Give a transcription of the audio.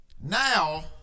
now